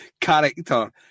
character